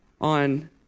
on